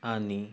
आणि